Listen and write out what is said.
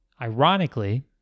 Ironically